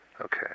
Okay